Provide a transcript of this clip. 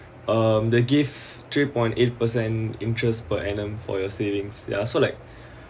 um they give three point eight percent interest per annum for your savings ya so like